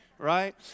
right